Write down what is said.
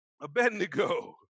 Abednego